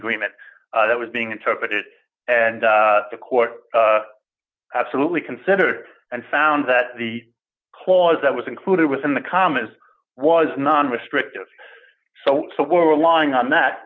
agreement that was being interpreted and the court absolutely considered and found that the clause that was included within the commas was not restrictive so so we're relying on that